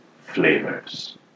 flavors